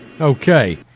Okay